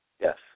yes